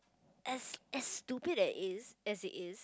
as as stupid as is as it is